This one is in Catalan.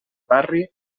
barri